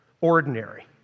ordinary